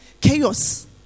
chaos